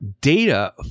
data